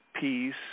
peace